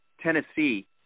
Tennessee